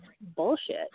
bullshit